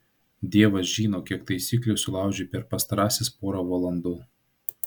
dievas žino kiek taisyklių sulaužei per pastarąsias porą valandų